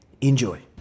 Enjoy